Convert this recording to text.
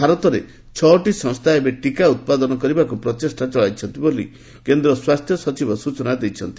ଭାରତରେ ଛଅଟି ସଂସ୍ଥା ଏବେ ଟିକା ଉତ୍ପାଦନ କରିବାକୁ ପ୍ରଚେଷ୍ଟା ଚଳାଇଛନ୍ତି ବୋଲି କେନ୍ଦ୍ର ସ୍ୱାସ୍ଥ୍ୟ ସଚିବ ସୂଚନା ଦେଇଛନ୍ତି